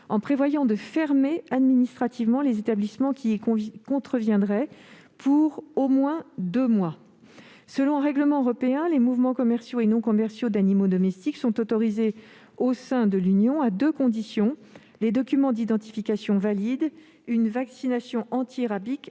en prévoyant une fermeture administrative des établissements contrevenants pour au moins deux mois. Selon un règlement européen, les mouvements commerciaux et non commerciaux d'animaux domestiques sont autorisés au sein de l'Union à deux conditions : disposer de documents d'identification valides et de la preuve d'une vaccination antirabique